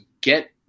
get